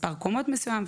מספר קומות מסוים,